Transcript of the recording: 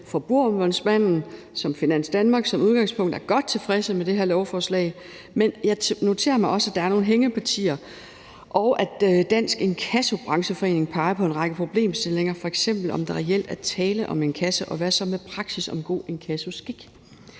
Forbrugerombudsmanden som Finans Danmark som udgangspunkt er godt tilfredse med det her lovforslag, men jeg noterer mig også, at der er nogle hængepartier, og at Dansk InkassoBrancheforening peger på en række problemstillinger, f.eks. om der reelt er tale om inkasso, og hvad så med praksis om god inkassoskik?